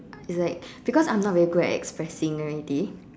it's like because I am not very good at expressing already